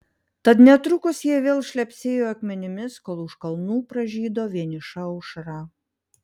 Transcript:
tad netrukus jie vėl šlepsėjo akmenimis kol už kalnų pražydo vieniša aušra